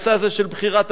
של בחירת הנשיא,